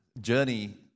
journey